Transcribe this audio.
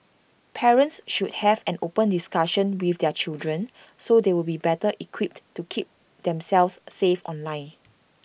parents should have an open discussion with their children so they will be better equipped to keep themselves safe online